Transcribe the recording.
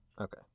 Okay